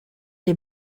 les